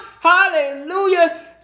Hallelujah